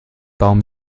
baum